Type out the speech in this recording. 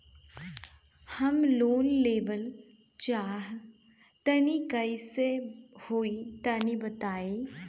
हम लोन लेवल चाह तनि कइसे होई तानि बताईं?